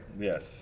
Yes